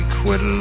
quit